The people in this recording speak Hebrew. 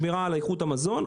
שמירה על איכות המזון,